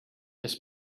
this